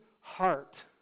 heart